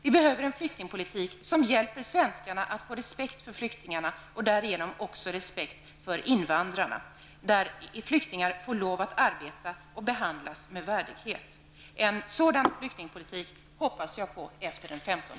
Vi behöver en flyktingpolitik som hjälper svenskarna att få respekt för flyktingarna, och därigenom också respekt för invandrarna, en flyktingpolitik som ger flyktingar rätt att arbeta och som innebär att flyktingarna behandlas med värdighet. En sådan flyktingpolitik hoppas jag på efter den 15